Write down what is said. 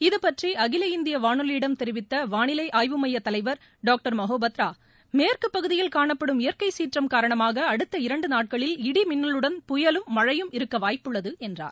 இதுபற்றி அகில இந்திய வானொலியிடம் தெரிவித்த வானிலை ஆய்வு னமய தலைவர் டாங்டர் மகாபத்ரா மேற்கு பகுதியில் காணப்படும் இயற்கை சீற்றம் காரணமாக அடுத்த இரண்டு நாட்களில் இடி மின்னலுடன் புயலும் மழையும் இருக்க வாய்ப்புள்ளது என்றார்